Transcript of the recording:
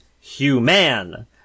human